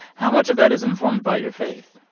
how much of that is informed by your faith?